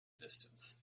distance